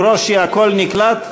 חבר הכנסת ברושי, הקול נקלט?